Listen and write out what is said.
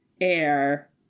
air